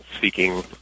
seeking